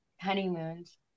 honeymoons